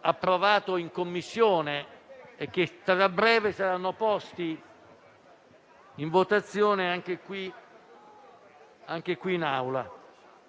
approvato in Commissione e che tra breve saranno posti in votazione anche qui in Aula.